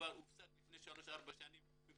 המימון הופסק לפני שלוש-ארבע מבחינתנו.